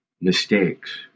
mistakes